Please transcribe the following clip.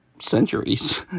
centuries